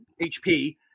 HP